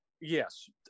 Yes